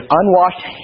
unwashed